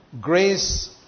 grace